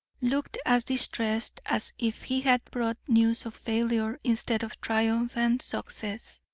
looked as distressed as if he had brought news of failure instead of triumphant success.